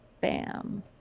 bam